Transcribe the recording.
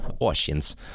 Oceans